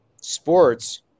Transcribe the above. sports